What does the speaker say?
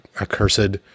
accursed